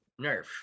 Nerf